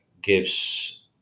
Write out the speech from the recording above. gives